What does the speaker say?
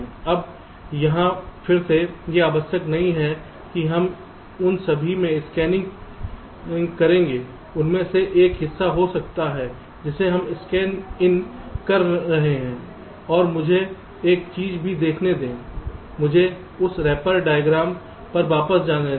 अब यहाँ फिर से यह आवश्यक नहीं है कि हम उन सभी में स्कैनिंग करेंगे उनमें से एक हिस्सा हो सकता है जिसे हम स्कैनिंग in कर रहे हैं और मुझे एक चीज़ भी देखने दें मुझे उस रेपर डायग्राम पर वापस जाने दें